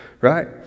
right